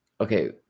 Okay